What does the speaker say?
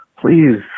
Please